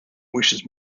wishes